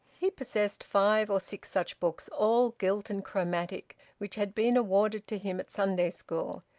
he possessed five or six such books, all gilt and chromatic, which had been awarded to him at sunday school,